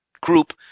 group